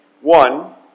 one